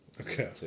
Okay